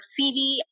CV